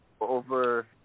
over